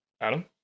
Adam